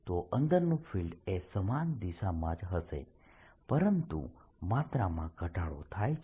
તો અંદરનું ફિલ્ડ એ સમાન દિશામાં જ હશે પરંતુ માત્રામાં ઘટાડો થાય છે